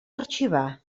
arxivar